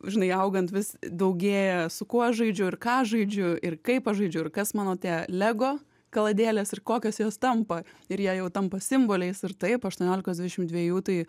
žinai augant vis daugėja su kuo aš žaidžiu ir ką žaidžiu ir kaip aš žaidžiu ir kas mano tie lego kaladėlės ir kokios jos tampa ir jie jau tampa simboliais ir taip aštuoniolikos dvidešim dviejų tai